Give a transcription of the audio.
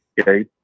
Okay